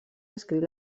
escrit